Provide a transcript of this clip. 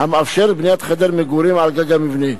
המאפשרת בניית חדר מגורים על גג המבנה.